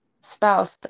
spouse